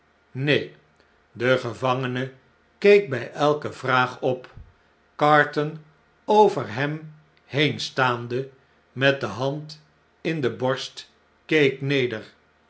neen de gevangene keek bij elke vraag op carton over hem heen staande met de hand in de borst keek neder